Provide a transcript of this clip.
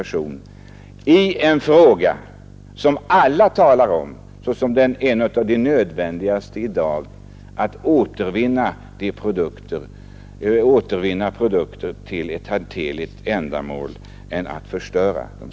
Det gäller här en fråga som allmänt anses såsom en av de viktigaste i dag, nämligen att återvinna produkter till nyttigheter i stället för att förstöra dem.